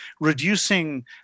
reducing